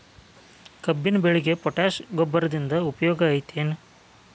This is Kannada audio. ಕಬ್ಬಿನ ಬೆಳೆಗೆ ಪೋಟ್ಯಾಶ ಗೊಬ್ಬರದಿಂದ ಉಪಯೋಗ ಐತಿ ಏನ್?